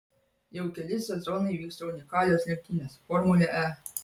jau keli sezonai vyksta unikalios lenktynės formulė e